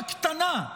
בקטנה,